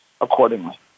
accordingly